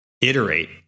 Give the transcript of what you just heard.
iterate